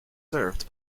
served